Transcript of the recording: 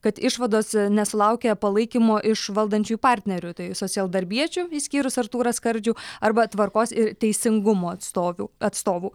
kad išvados nesulaukia palaikymo iš valdančiųjų partnerių socialdarbiečių išskyrus artūrą skardžių arba tvarkos ir teisingumo atstovių atstovų